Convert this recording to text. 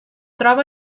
troba